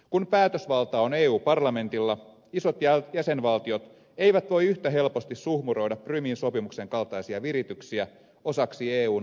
kun päätösvalta on eu parlamentilla isot jäsenvaltiot eivät voi yhtä helposti suhmuroida prumin sopimuksen kaltaisia virityksiä osaksi eun oikeusjärjestelmää